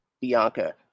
Bianca